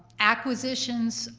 acquisitions,